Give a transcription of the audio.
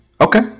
okay